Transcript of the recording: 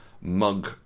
mug